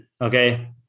Okay